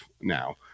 now